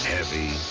Heavy